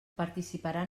participaran